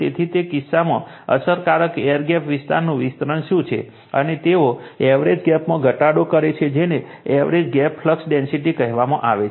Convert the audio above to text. તેથી તે કિસ્સામાં અસરકારક એર ગેપ વિસ્તારનું વિસ્તરણ શું છે અને તેઓ એવરેજ ગેપમાં ઘટાડો કરે છે જેને એવરેજ ગેપ ફ્લક્સ ડેન્સિટી કહેવામાં આવે છે